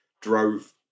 Drove